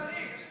לא לאדוני.